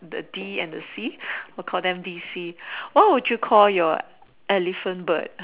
the D and the C I'll call them DC what would you call your elephant bird